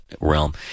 realm